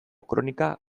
kronika